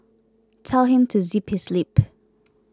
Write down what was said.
tell him to zip his lip